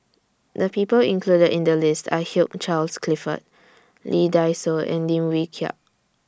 The People included in The list Are Hugh Charles Clifford Lee Dai Soh and Lim Wee Kiak